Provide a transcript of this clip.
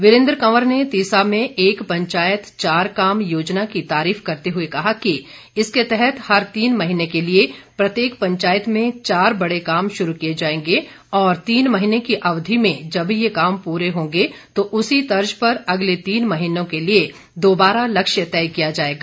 वीरेन्द्र कंवर ने तीसा में एक पंचायत चार काम योजना की तारीफ करते हुए कहा कि इसके तहत हर तीन महीने के लिए प्रत्येक पंचायत में चार बड़े काम शुरू किए जाएंगे और तीन महीने की अवधि में जब ये काम पूरे होंगे तो उसी तर्ज पर अगले तीन महीने के लिए दोबारा लक्ष्य तय किया जाएगा